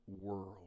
world